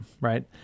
right